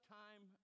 time